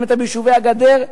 אם אתה ביישובי הגדר,